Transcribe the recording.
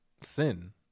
sin